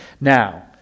Now